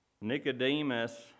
Nicodemus